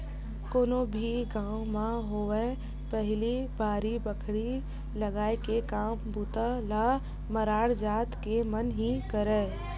कोनो भी गाँव म होवय पहिली बाड़ी बखरी लगाय के काम बूता ल मरार जात के मन ही करय